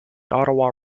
ottawa